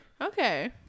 Okay